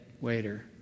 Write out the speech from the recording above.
waiter